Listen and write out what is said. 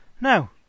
No